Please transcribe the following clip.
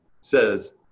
says